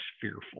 fearful